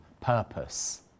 purpose